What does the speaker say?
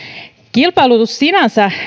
kilpailutus sinänsä